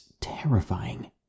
terrifying